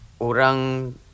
orang